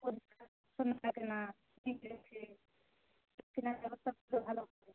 থাকে না হবে